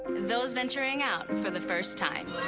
those venturing out for the first time